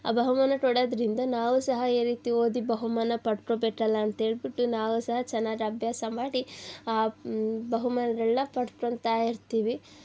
ಆ ಬಹುಮಾನ ಕೊಡೋದರಿಂದ ನಾವೂ ಸಹ ಈ ರೀತಿ ಓದಿ ಬಹುಮಾನ ಪಡ್ಕೊಬೇಕಲ್ಲ ಅಂತೇಳಿಬಿಟ್ಟು ನಾವೂ ಸಹ ಚೆನ್ನಾಗಿ ಅಭ್ಯಾಸ ಮಾಡಿ ಬಹುಮಾನಗಳ್ನ ಪಡ್ಕೊತಾ ಇರ್ತೀವಿ